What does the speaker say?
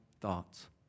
thoughts